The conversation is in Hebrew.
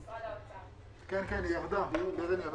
קרן ירדה.